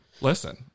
Listen